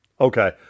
Okay